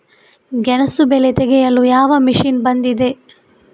ಗೆಣಸು ಬೆಳೆ ತೆಗೆಯಲು ಯಾವ ಮಷೀನ್ ಬಂದಿದೆ?